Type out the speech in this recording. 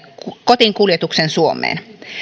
kotiinkuljetuksen suomeen